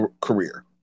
career